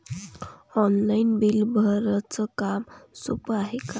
Online bill भराच काम सोपं हाय का?